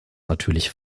natürliche